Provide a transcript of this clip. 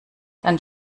dann